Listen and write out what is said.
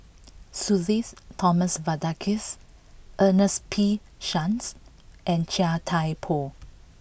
Sudhir Thomas Vadaketh Ernest P Shanks and Chia Thye Poh